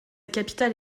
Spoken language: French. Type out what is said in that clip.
capitale